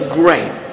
great